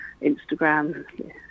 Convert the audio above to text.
Instagram